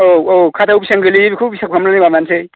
औ औ खाथायाव बेसेबां गोलैयो बेखौ हिसाब खालामनानै माबानोसै